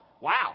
Wow